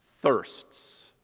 thirsts